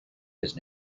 his